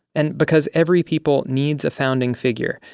and because every people needs a founding figure,